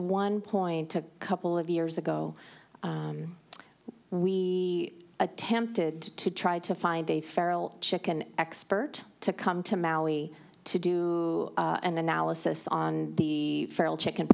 one point a couple of years ago we attempted to try to find a feral chicken expert to come to maui to do an analysis on the feral chicken